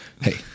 Hey